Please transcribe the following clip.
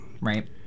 Right